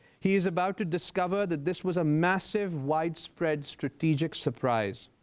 he is about to discover that this was a massive, widespread, strategic surprise.